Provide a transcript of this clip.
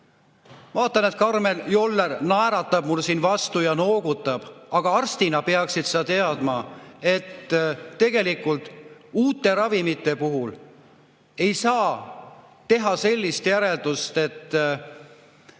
Vaatan, et Karmen Joller naeratab mulle siin vastu ja noogutab. Arstina peaksid sa teadma, et tegelikult uute ravimite puhul ei saa teha seda, et